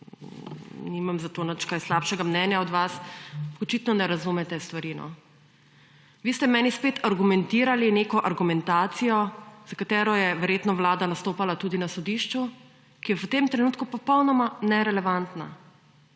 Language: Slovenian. nimam zato kaj slabšega mnenja o vas, očitno ne razumete stvari. Vi ste meni spet argumentirali neko argumentacijo, za katero je verjetno vlada nastopala tudi na sodišču, ki je v tem trenutku popolnoma nerelevantna.